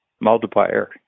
multiplier